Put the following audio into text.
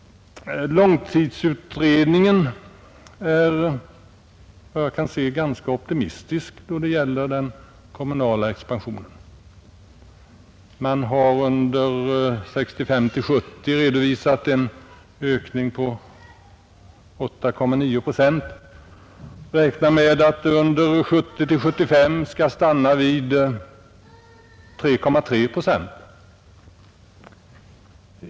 Långtidsutredningen är, efter vad jag kan se, ganska optimistisk då det gäller den kommunala expansionen. För perioden 1965-1970 redovisas en ökning på 8,9 procent, och utredningen räknar med att ökningen under tiden 1970—1975 skall stanna vid 3,3 procent.